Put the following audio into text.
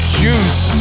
juice